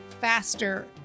faster